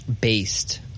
based